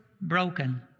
broken